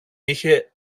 είχε